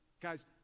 guys